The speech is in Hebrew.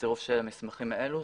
הצירוף של המסמכים האלה.